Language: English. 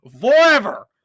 Forever